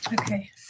Okay